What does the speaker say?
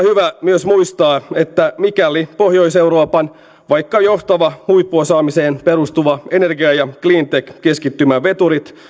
hyvä myös muistaa että mikäli pohjois euroopan vaikka johtavat huippuosaamiseen perustuvan energia ja cleantech keskittymän veturit